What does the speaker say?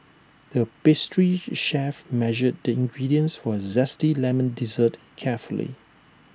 the pastry chef measured the ingredients for A Zesty Lemon Dessert carefully